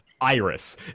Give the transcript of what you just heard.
Iris